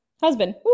Husband